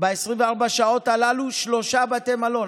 ב-24 השעות הללו שלושה בתי מלון.